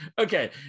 okay